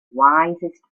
wisest